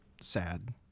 sad